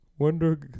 Wonder